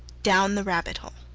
down the rabbit-hole